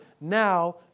now